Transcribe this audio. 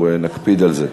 אנחנו נקפיד על זה.